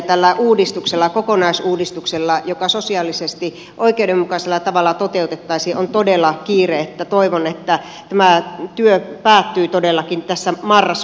tällä uudistuksella kokonaisuudistuksella joka sosiaalisesti oikeudenmukaisella tavalla toteutettaisiin on todella kiire niin että toivon että tämä työ päättyy todellakin tässä marraskuussa